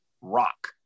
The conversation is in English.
Rock